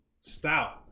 stout